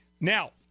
Now